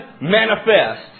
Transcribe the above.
manifest